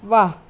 wah